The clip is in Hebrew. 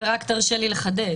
רק תרשה לי לחדד.